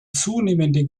zunehmende